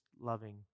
loving